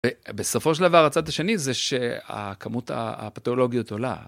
ובסופו של דבר הצד השני זה שהכמות הפתיאולוגיות עולה.